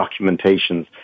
documentations